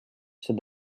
said